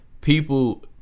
people